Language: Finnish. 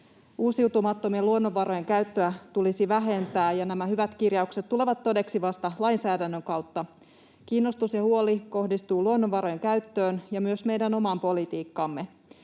Uusiutumattomien luonnonvarojen käyttöä tulisi vähentää, ja nämä hyvät kirjaukset tulevat todeksi vasta lainsäädännön kautta. Kiinnostus ja huoli kohdistuu luonnonvarojen käyttöön ja myös meidän omaan politiikkaamme.